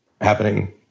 happening